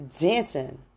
Dancing